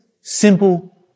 simple